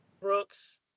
Brooks